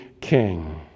king